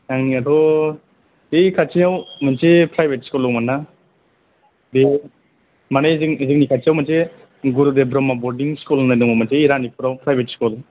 आंनियाथ' बे खाथियाव मोनसे प्राइभेट स्कुल दंमोन ना बेयो माने जोंनि जोंनि खाथियाव मोनसे गुरुदेब ब्रह्म बरदिं स्कुल होननाय दङ मोनसे रानिपुराव प्राइभेट स्कुल